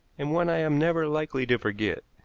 and one i am never likely to forget.